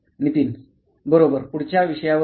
नितीन बरोबर पुढच्या विषयावर जा